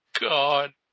God